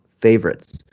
favorites